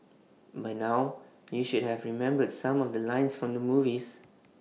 by now you should have remembered some of the lines from the movies